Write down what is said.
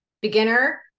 beginner